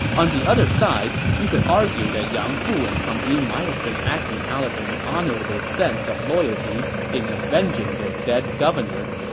on the other side, you could argue that yang fu and company might have been acting out of an honorable sense of loyalty in avenging their dead governor,